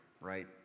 right